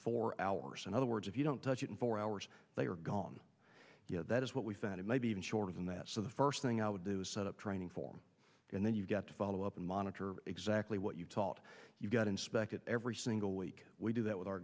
four hours in other words if you don't touch it in four hours they are gone you know that is what we said maybe even shorter than that so the first thing i would do is set up training for and then you get to follow up and monitor exactly what you thought you got inspected every single week we do that with our